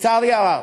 לצערי הרב: